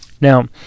Now